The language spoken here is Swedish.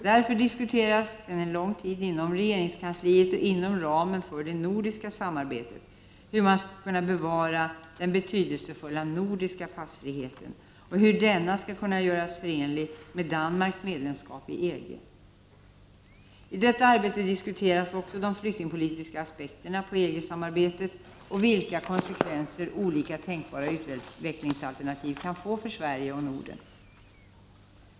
Därför diskuteras sedan lång tid tillbaka inom regeringskansliet och inom ramen för det nordiska samarbetet hur man skall kunna bevara den betydelsefulla nordiska passfriheten och hur denna skall kunna göras förenlig med Danmarks medlemskap i EG. I detta arbete diskuteras också de flyktingpolitiska aspekterna på EG-samarbetet och vilka konsekvenser som olika tänkbara utvecklingsalternativ kan få för Sverige och Norden.